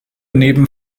neben